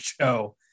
show